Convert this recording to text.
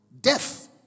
death